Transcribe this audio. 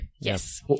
Yes